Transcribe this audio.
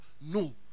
No